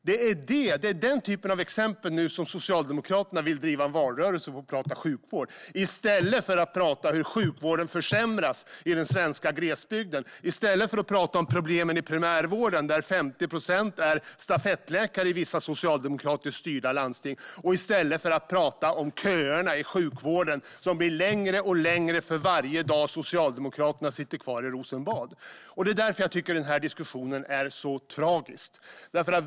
Det är den typen av exempel som Socialdemokraterna vill använda för att driva en valrörelse och prata sjukvård, i stället för att tala om hur sjukvården försämras på den svenska glesbygden, om problemen i primärvården, där 50 procent är stafettläkare i vissa socialdemokratiskt styrda landsting, och om köerna i sjukvården, som blir längre och längre för varje dag Socialdemokraterna sitter kvar i Rosenbad. Det är därför jag tycker att denna diskussion är så tragisk.